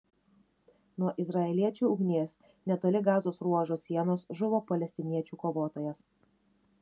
nuo izraeliečių ugnies netoli gazos ruožo sienos žuvo palestiniečių kovotojas